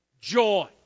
Joy